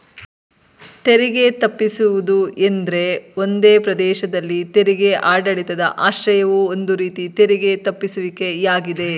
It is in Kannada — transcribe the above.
ತೆರಿಗೆ ತಪ್ಪಿಸುವುದು ಎಂದ್ರೆ ಒಂದೇ ಪ್ರದೇಶದಲ್ಲಿ ತೆರಿಗೆ ಆಡಳಿತದ ಆಶ್ರಯವು ಒಂದು ರೀತಿ ತೆರಿಗೆ ತಪ್ಪಿಸುವಿಕೆ ಯಾಗಿದೆ